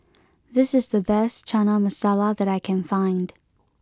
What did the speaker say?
this is the best Chana Masala that I can find